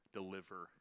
deliver